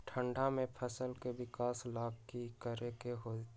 ठंडा में फसल के विकास ला की करे के होतै?